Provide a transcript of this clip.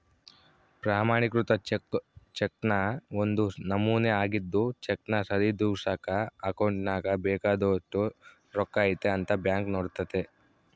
ಪ್ರಮಾಣಿಕೃತ ಚೆಕ್ ಚೆಕ್ನ ಒಂದು ನಮೂನೆ ಆಗಿದ್ದು ಚೆಕ್ನ ಸರಿದೂಗ್ಸಕ ಅಕೌಂಟ್ನಾಗ ಬೇಕಾದೋಟು ರೊಕ್ಕ ಐತೆ ಅಂತ ಬ್ಯಾಂಕ್ ನೋಡ್ತತೆ